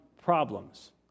problems